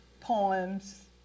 poems